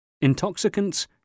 intoxicants